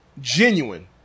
genuine